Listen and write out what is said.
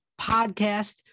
podcast